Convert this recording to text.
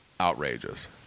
outrageous